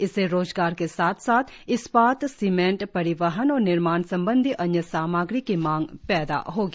इससे रोजगार के साथ साथ इस्पात सीमेंट परिवहन और निर्माण संबंधी अन्य सामग्री की मांग पैदा होगी